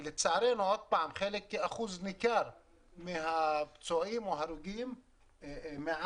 לצערנו אחוז ניכר מהפצועים או ההרוגים נפגעי תאונות הדרכים,